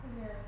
yes